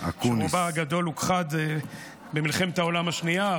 שרובה הגדול הוכחד במלחמת העולם השנייה,